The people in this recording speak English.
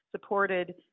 supported